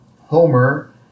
Homer